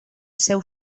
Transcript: seu